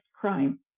crime